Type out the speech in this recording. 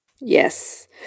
yes